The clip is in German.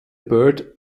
bird